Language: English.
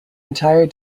entire